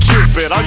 Cupid